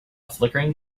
flickering